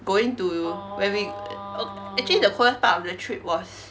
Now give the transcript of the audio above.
going to when we actually the first part of the trip was